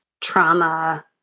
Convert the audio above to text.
trauma